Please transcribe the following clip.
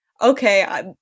okay